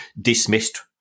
dismissed